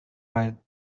eyed